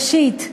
ראשית,